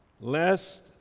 lest